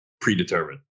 predetermined